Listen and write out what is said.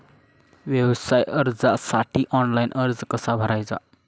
व्यवसाय कर्जासाठी ऑनलाइन अर्ज कसा भरायचा?